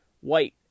White